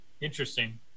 interesting